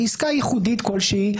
היא עסקה ייחודית כלשהי,